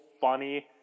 funny